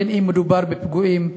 בין אם מדובר בפיגועים,